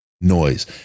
noise